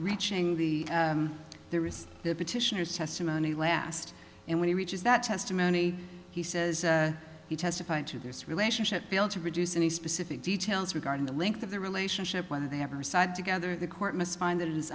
reaching the there is the petitioners testimony last and when he reaches that testimony he says he testified to this relationship be able to reduce any specific details regarding the length of the relationship whether they ever side together the court must find that it is